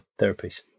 therapies